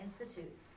institutes